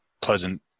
Pleasant